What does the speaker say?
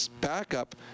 backup